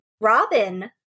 Robin